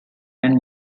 and